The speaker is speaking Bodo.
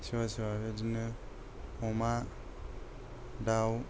सोरबा सोरबा बेबादिनो अमा दाव